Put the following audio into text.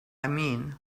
mean